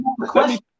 question